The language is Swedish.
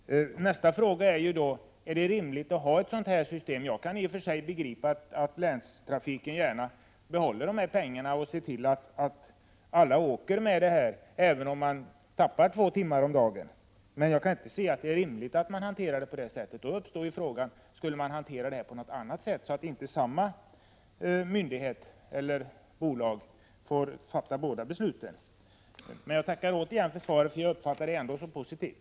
Herr talman! De påpekandena har gått fram från de berörda människorna. Även skolstyrelsen har varit inkopplad. Men det har inte blivit något resultat. Frågan är då: Är det rimligt att ha ett sådant här system? Jag kan begripa att länstrafiken gärna behåller pengarna och ser till att alla åker med länstrafiken, även om eleverna på det sättet tappar två timmar om dagen. Men jag kan inte se att det är rimligt att hantera frågan så, och då är frågan om man borde hantera den på annat sätt, så att inte samma bolag får fatta båda besluten. Jag tackar återigen för svaret, för jag uppfattar det ändå som positivt.